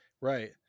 right